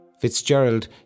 Fitzgerald